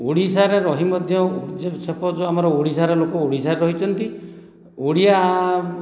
ଓଡ଼ିଶାରେ ରହି ମଧ୍ୟ ସପୋଜ ଆମ ଓଡ଼ିଶାର ଲୋକ ଓଡ଼ିଶାରେ ରହିଛନ୍ତି ଓଡ଼ିଆ